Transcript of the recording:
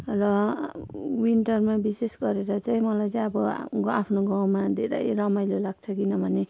र विन्टरमा विशेष गरेर चाहिँ मलाई चाहिँ अब आफ्नो गाउँमा धेरै रमाइलो लाग्छ किनभने